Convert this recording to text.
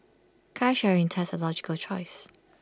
car sharing thus A logical choice